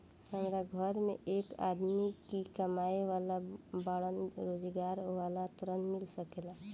हमरा घर में एक आदमी ही कमाए वाला बाड़न रोजगार वाला ऋण मिल सके ला?